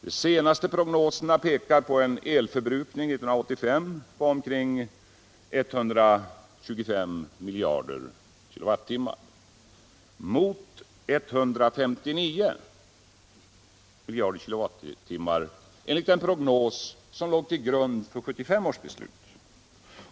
De senaste prognoserna pekar på en elförbrukning 1985 på omkring 125 TWh mot 159 TWh enligt den prognos som låg till grund för 1975 års beslut.